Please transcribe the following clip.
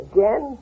Again